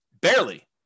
barely